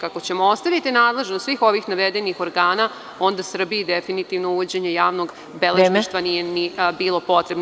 Ako ćemo ostaviti nadležnost svih ovih navedenih organa, onda Srbiji definitivno uvođenje javnog beležnika nije ni bilo potrebno.